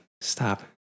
stop